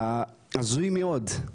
הזוי מאוד,